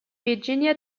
virginia